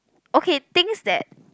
okay things that